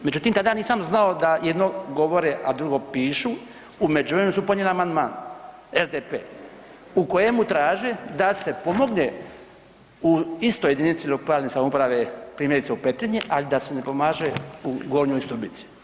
Međutim tada nisam znao da jedno govore a drugo pišu, u međuvremenu su podnijeli amandman, SDP, u kojemu traže da se pomogne u istoj jedinici lokalne samouprave, primjerice u Petrinji ali da se ne pomaže u Gornjoj Stubici.